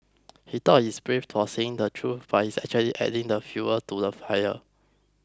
he thought he's brave for saying the truth but he's actually adding fuel to the fire